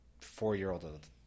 four-year-old